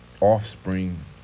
offspring